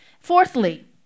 Fourthly